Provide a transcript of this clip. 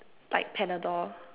like Panadol